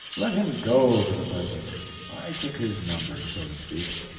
let him go, for the present i took his number, so to speak.